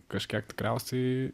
kažkiek tikriausiai